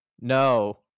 no